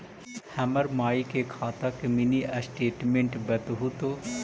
हमर माई के खाता के मीनी स्टेटमेंट बतहु तो?